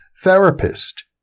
Therapist